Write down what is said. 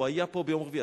הוא היה פה ביום רביעי.